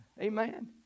Amen